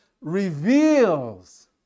reveals